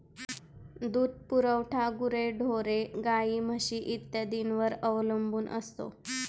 दूध पुरवठा गुरेढोरे, गाई, म्हशी इत्यादींवर अवलंबून असतो